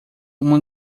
uma